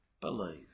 believe